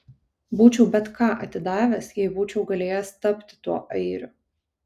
būčiau bet ką atidavęs jei būčiau galėjęs tapti tuo airiu